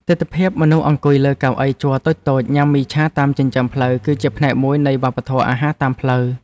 ទិដ្ឋភាពមនុស្សអង្គុយលើកៅអីជ័រតូចៗញ៉ាំមីឆាតាមចិញ្ចើមផ្លូវគឺជាផ្នែកមួយនៃវប្បធម៌អាហារតាមផ្លូវ។